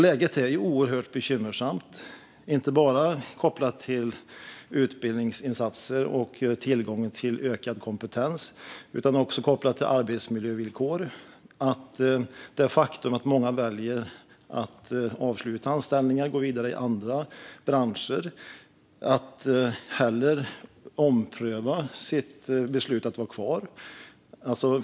Läget är oerhört bekymmersamt, inte bara kopplat till utbildningsinsatser och tillgång till ökad kompetens utan också kopplat till arbetsmiljövillkor. Det är ett faktum att många väljer att avsluta sin anställning och gå vidare till andra branscher eller omprövar sitt beslut att vara kvar.